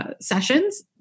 Sessions